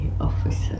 officer